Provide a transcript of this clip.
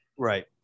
Right